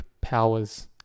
powers